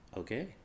Okay